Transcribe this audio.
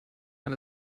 man